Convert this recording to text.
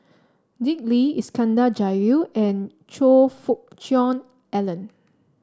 Dick Lee Iskandar Jalil and Choe Fook Cheong Alan